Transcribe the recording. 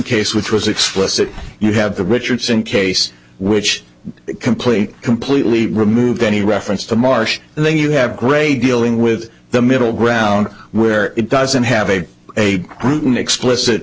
case which was explicit you have the richardson case which completely completely removed any reference to marsh and then you have gray dealing with the middle ground where it doesn't have a a group an explicit